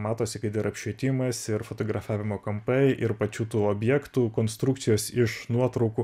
matosi kad ir apšvietimas ir fotografavimo kampai ir pačių tų objektų konstrukcijos iš nuotraukų